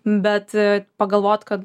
bet pagalvot kad